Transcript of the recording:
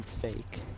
fake